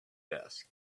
desk